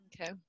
Okay